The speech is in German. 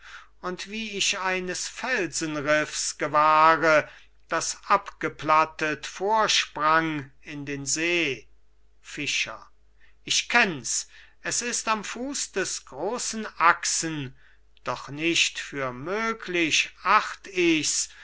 und wie ich eines felsenriffs gewahre das abgeplattet vorsprang in den see fischer ich kenn's es ist am fuss des grossen axen doch nicht für möglich acht ich's